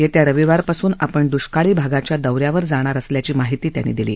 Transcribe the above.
येत्या रविवारपासून आपण दष्काळी भागाच्या दौ यावर जाणार असल्याची माहिती त्यांनी दिली